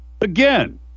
again